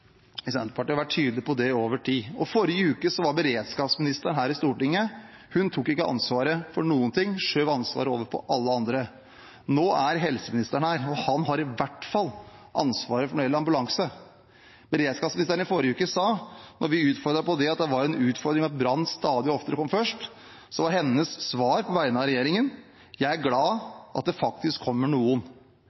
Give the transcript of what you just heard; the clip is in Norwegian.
Senterpartiet mener det er feil og har vært tydelige på det over tid. I forrige uke var beredskapsministeren her i Stortinget. Hun tok ikke ansvaret for noen ting, skjøv ansvaret over på alle andre. Nå er helseministeren her, og han har i hvert fall ansvaret når det gjelder ambulanse. Svaret fra beredskapsministeren på vegne av regjeringen i forrige uke, da vi tok opp at det var en utfordring at brannvesenet stadig oftere kom først, var: Jeg er «glad for at det kommer noen».